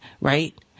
right